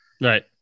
Right